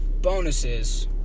bonuses